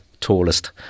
tallest